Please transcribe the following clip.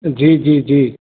जी जी जी